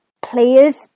players